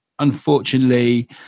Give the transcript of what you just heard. unfortunately